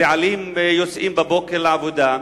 הבעלים יוצאים בבוקר לעבודה,